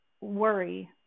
worry